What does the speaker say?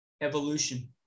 evolution